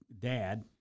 dad